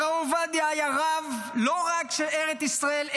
הרב עובדיה היה רב לא רק של ארץ ישראל,